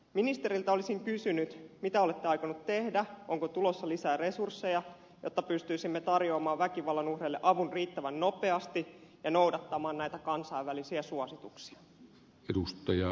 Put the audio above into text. ministeriltä olisin kysynyt mitä olette aikonut tehdä onko tulossa lisää resursseja jotta pystyisimme tarjoamaan väkivallan uhreille avun riittävän nopeasti ja noudattamaan näitä kansainvälisiä suosituksia